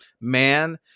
man